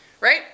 right